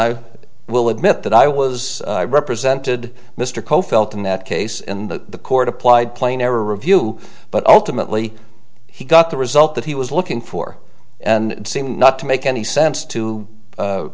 i will admit that i was represented mr coe felt in that case in the court applied plainer review but ultimately he got the result that he was looking for and seemed not to make any sense to